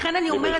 לכן אני אומרת,